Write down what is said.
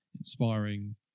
inspiring